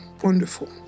Wonderful